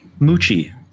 Moochie